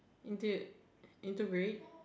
inte~ integrate